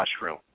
mushroom